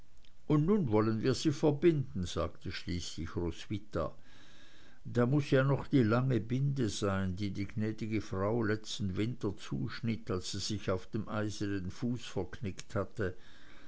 und nun wollen wir sie verbinden sagte schließlich roswitha da muß ja noch die lange binde sein die die gnädige frau letzten winter zuschnitt als sie sich auf dem eis den fuß verknickt hatte